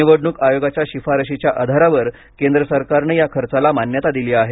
निवडणूक आयोगाच्या शिफारशीच्या आधारावर केंद्र सरकारनं या खर्चाला मान्यता दिली आहे